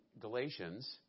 Galatians